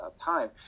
time